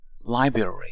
Library